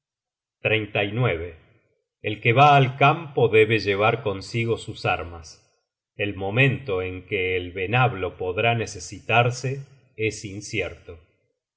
todas sus comidas el que va al camp o debe llevar consigo sus armas el momento en que el venablo podrá necesitarse es incierto